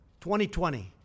2020